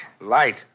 Light